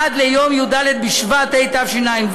עד ליום י"ד בשבט התשע"ו,